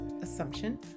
assumption